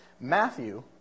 Matthew